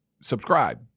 subscribe